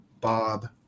Bob